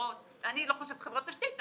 חברות אני לא חושבת חברות תשתית,